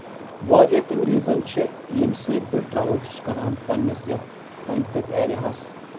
واریاہ تِم ریٖزن چھِ ییٚمہِ سۭتۍ بہٕ ٹرٛاوٕل چھُس کران پنٕنِس یتھ أنٛدۍ پٔکۍ ایریا ہَس